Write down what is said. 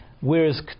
whereas